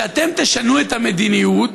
שאתם תשנו את המדיניות